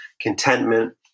contentment